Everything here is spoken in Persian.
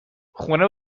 خونه